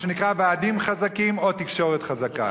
מה שנקרא ועדים חזקים או תקשורת חזקה.